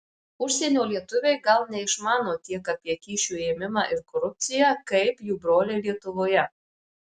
užsienio lietuviai gal neišmano tiek apie kyšių ėmimą ir korupciją kaip jų broliai lietuvoje